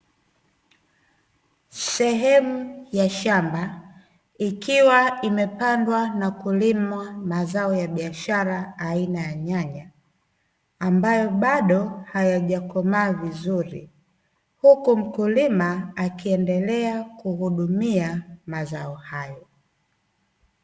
Sehemu ya shamba ikiwa imepandwa na kulimwa mazao ya biashara aina ya nyanya, ambayo bado hayajakomaa vizuri huku mkulima akiendelea kuhudumia mazao hayo.